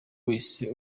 wese